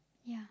yeah